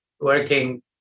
working